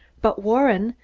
but, warren,